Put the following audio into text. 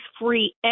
free